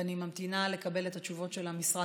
ואני ממתינה לקבל את התשובות של המשרד